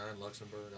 Luxembourg